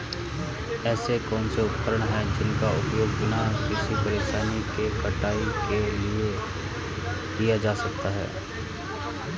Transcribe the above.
ऐसे कौनसे उपकरण हैं जिनका उपयोग बिना किसी परेशानी के कटाई के लिए किया जा सकता है?